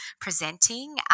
presenting